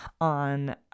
On